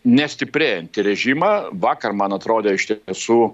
ne stiprėjantį režimą vakar man atrodė iš tiesų